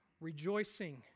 rejoicing